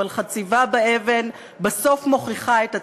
אבל חציבה באבן בסוף מוכיחה את עצמה.